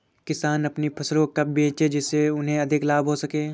किसान अपनी फसल को कब बेचे जिसे उन्हें अधिक लाभ हो सके?